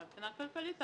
מבחינה כלכלית,